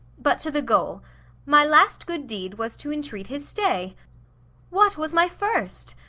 but to the goal my last good deed was to entreat his stay what was my first?